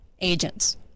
agents